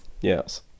yes